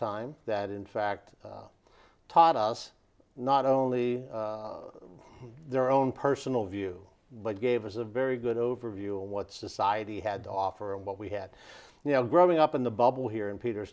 time that in fact taught us not only their own personal view but gave us a very good overview of what society had to offer and what we had you know growing up in the bubble here in peter